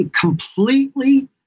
completely